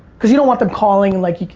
because you don't want them calling like,